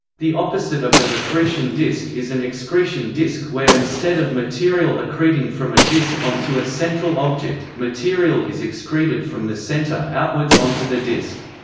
the opposite of an accretion disk is an excretion disk where instead of material accreting from a disk on to a central object, material is excreted from the center outwards on to the disk.